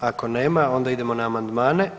Ako nema onda idemo na amandmane.